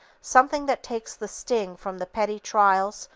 something that takes the sting from the petty trials,